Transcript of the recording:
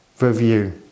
review